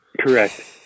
Correct